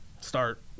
start